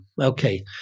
Okay